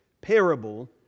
parable